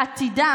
העתיד,